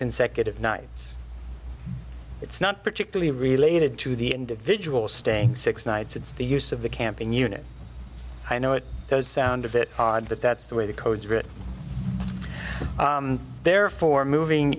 consecutive nights it's not particularly related to the individual staying six nights it's the use of the camping unit i know it does sound a bit odd but that's the way the codes written there for moving